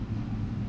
malay speaking